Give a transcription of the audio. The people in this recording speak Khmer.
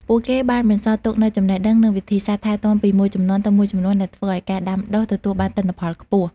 ពួកគេបានបន្សល់ទុកនូវចំណេះដឹង និងវិធីសាស្ត្រថែទាំពីមួយជំនាន់ទៅមួយជំនាន់ ដែលធ្វើឲ្យការដាំដុះទទួលបានទិន្នផលខ្ពស់។